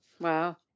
Wow